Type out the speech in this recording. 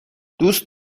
دوست